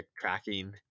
tracking